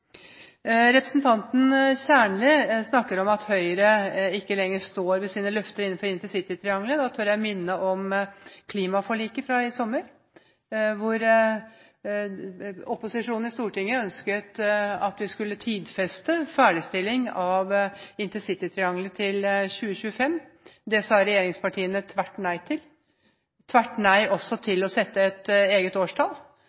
Representanten Kjernli snakker om at Høyre ikke lenger står ved sine løfter om intercitytriangelet. Da tør jeg minne om klimaforliket fra i sommer, hvor opposisjonen i Stortinget ønsket å tidfeste en ferdigstilling av intercitytriangelet til 2025. Det sa regjeringspartiene tvert nei til, og de sa også tvert nei